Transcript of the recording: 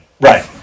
Right